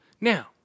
Now